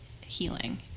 healing